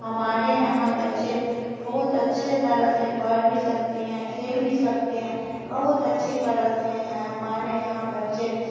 हमारे यहाँ बच्चे बहुत अच्छे तरह से पढ़ भी सकते हैं खेल भी सकते हैं बहुत अच्छे तरह से है हमारे यहाँ बच्चे